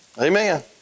Amen